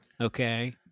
okay